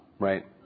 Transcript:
Right